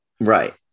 Right